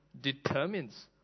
determines